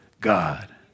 God